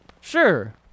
sure